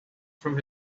from